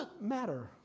matter